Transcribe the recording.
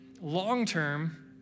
long-term